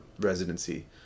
residency